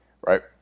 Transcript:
right